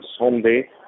Sunday